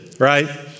Right